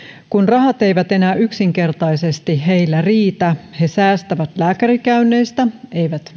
kun rahat eivät enää yksinkertaisesti heillä riitä he säästävät lääkärikäynneistä eivät